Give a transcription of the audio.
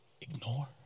ignore